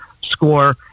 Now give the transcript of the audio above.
score